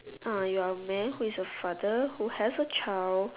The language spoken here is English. ah you are a man who is a father who has a child